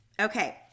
Okay